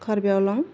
कार्बि आलं